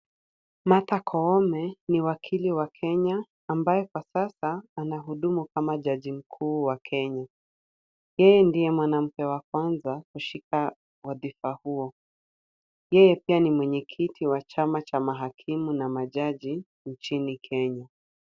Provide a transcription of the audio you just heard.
Martha Koome ni wakili wa Kenya ambaye kwa sasa anahudumu kama jaji mkuu wa Kenya. Yeye ndiye mwanamke wa kwanza kushika wadhifa huo, yeye pia ni mwenyekiti wa chama cha mahakimu na majaji nchini Kenya.